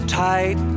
tight